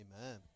Amen